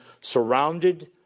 surrounded